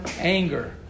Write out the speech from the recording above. anger